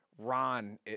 Ron